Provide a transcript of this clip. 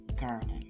Garland